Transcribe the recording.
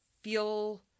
feel